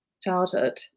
childhood